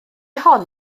hon